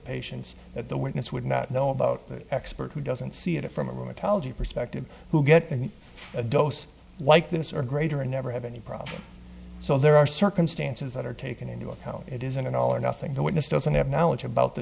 patients at the witness would not know about the expert who doesn't see it from a rheumatology perspective who get any dose like this or greater and never have any problems so there are circumstances that are taken into account it isn't an all or nothing the witness doesn't have knowledge about the